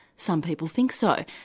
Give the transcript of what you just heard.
some people think so.